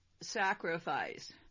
sacrifice